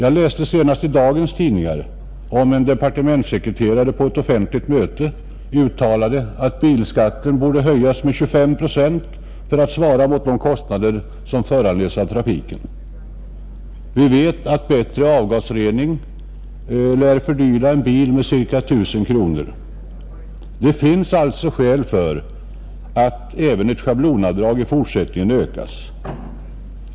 I dagens tidningar har jag läst, att en departementssekreterare på ett offentligt möte uttalat att bilskatten borde höjas med 25 procent för att svara mot de kostnader som föranleds av trafiken, Bättre avgasrening lär fördyra en bil ca 1 000 kronor. Det finns alltså skäl för att även schablonavdraget i fortsättningen ökas.